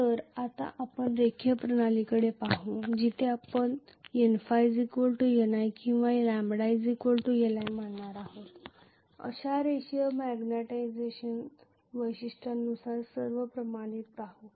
तर आता आपण रेखीय प्रणालीकडे पाहू जिथे आपण Nϕ Li किंवा λ Li मानणार आहोत अशा रेषीय मॅग्नेटिझेशन वैशिष्ट्यांनुसार सर्व प्रमाणात पाहू